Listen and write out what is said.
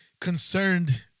concerned